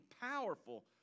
powerful